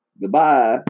Goodbye